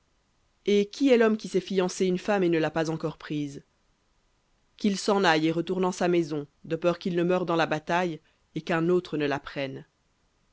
et qui est l'homme qui s'est fiancé une femme et ne l'a pas encore prise qu'il s'en aille et retourne en sa maison de peur qu'il ne meure dans la bataille et qu'un autre ne la